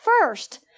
first